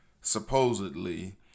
supposedly